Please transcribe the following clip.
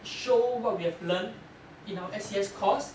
show what we have learnt in our S_C_S course